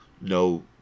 no